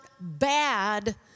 bad